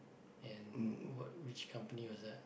and w~ what which company was that